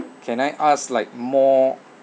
can I ask like more